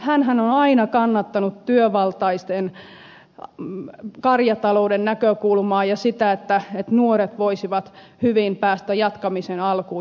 hänhän on aina kannattanut työvaltaisen karjatalouden näkökulmaa ja sitä että nuoret voisivat hyvin päästä jatkamisen alkuun